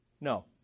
No